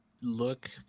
look